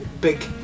big